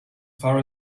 far